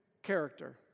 character